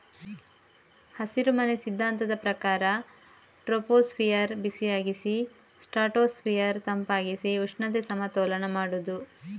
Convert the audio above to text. ಹಸಿರುಮನೆ ಸಿದ್ಧಾಂತದ ಪ್ರಕಾರ ಟ್ರೋಪೋಸ್ಫಿಯರ್ ಬಿಸಿಯಾಗಿಸಿ ಸ್ಟ್ರಾಟೋಸ್ಫಿಯರ್ ತಂಪಾಗಿಸಿ ಉಷ್ಣತೆ ಸಮತೋಲನ ಮಾಡುದು